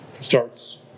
starts